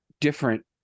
different